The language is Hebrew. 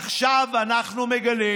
עכשיו אנחנו מגלים